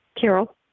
Carol